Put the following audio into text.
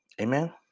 Amen